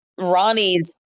Ronnie's